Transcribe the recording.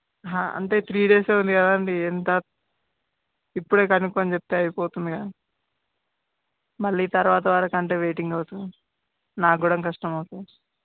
three డేసే ఉంది కదండీ ఎంత ఇప్పుడే కనుక్కొని చెప్తే అయిపోతుంది కదా మళ్ళీ తరువాత వరకు అంటే వెయిటింగ్ అవుతుంది నాకు కూడా కష్టం అవుతుంది